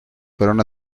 fueron